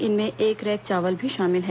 इनमें एक रैक चावल भी शामिल है